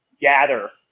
gather